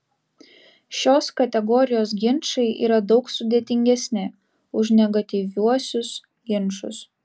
šios kategorijos ginčai yra daug sudėtingesni už negatyviuosius ginčus